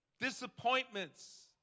disappointments